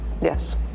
Yes